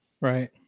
Right